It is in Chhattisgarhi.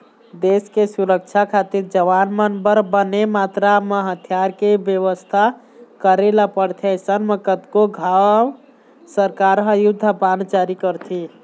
देस के सुरक्छा खातिर जवान मन बर बने मातरा म हथियार के बेवस्था करे ल परथे अइसन म कतको घांव सरकार ह युद्ध बांड जारी करथे